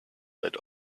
that